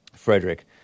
Frederick